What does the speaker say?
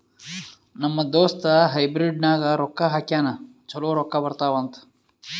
ನಮ್ ದೋಸ್ತ ಹೈಬ್ರಿಡ್ ನಾಗ್ ರೊಕ್ಕಾ ಹಾಕ್ಯಾನ್ ಛಲೋ ರೊಕ್ಕಾ ಬರ್ತಾವ್ ಅಂತ್